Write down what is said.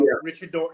Richard